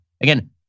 Again